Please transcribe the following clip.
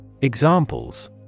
Examples